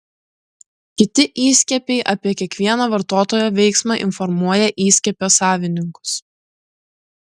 kiti įskiepiai apie kiekvieną vartotojo veiksmą informuoja įskiepio savininkus